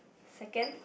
second